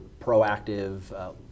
proactive